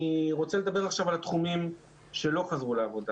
אני רוצה לדבר עכשיו על התחומים שלא חזרו לעבודה